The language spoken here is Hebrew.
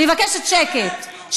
אני מבקשת שקט.